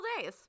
days